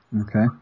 Okay